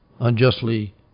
unjustly